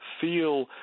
feel